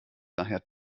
daher